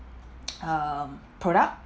um product